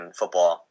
football